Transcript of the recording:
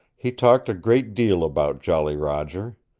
he talked a great deal about jolly roger.